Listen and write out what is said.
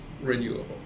renewable